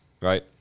right